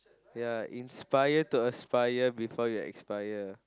ya inspire to aspire before you expire